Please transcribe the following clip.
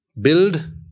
build